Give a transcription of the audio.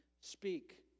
speak